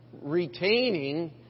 retaining